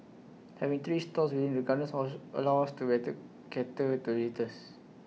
having three stores within the gardens allows to better cater to visitors